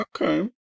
Okay